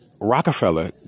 Rockefeller